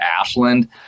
Ashland